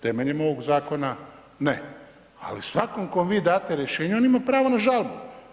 Temeljem ovog zakona ne, ali svakom kom vi date rješenje, on ima pravo na žalbu.